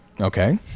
Okay